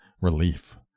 relief